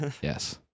Yes